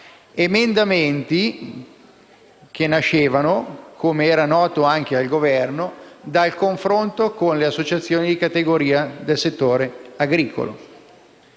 emendamenti che nascevano - come era noto anche al Governo - dal confronto con le associazioni di categoria del settore agricolo